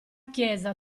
chiesa